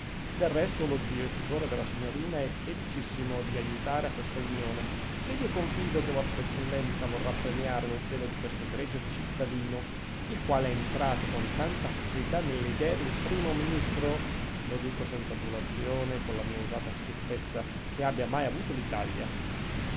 del resto lo zio e tutore della signorina è felicissimo di aiutare a questa unione ed io confido che vostra eccellenza vorrà premiare lo zelo di questo egregio cittadino il quale è entrato con tanta facilità nelle idee del primo ministro lo dico senza adulazione e con la mia usata schiettezza che abbia mai avuto l'italia